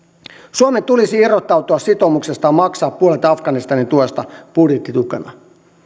suomen tulisi irrottautua sitoumuksestaan maksaa puolet afganistanin tuesta budjettitukena